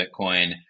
Bitcoin